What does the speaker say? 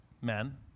men